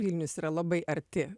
vilnius yra labai arti